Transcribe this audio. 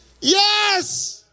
Yes